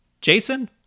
Jason